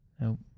Nope